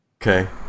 Okay